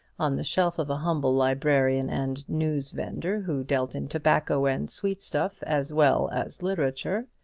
on the shelf of a humble librarian and newsvendor, who dealt in tobacco and sweetstuff as well as literature,